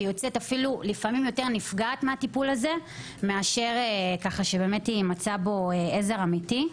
ולפעמים היא יוצאת יותר נפגעת מהטיפול הזה מאשר יימצא בו עזר אמיתי.